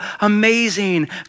amazing